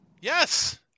Yes